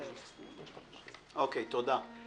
תודה.